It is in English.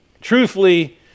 truthfully